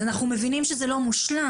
אז אנחנו מבינים שזה לא מושלם,